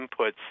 inputs